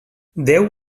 déu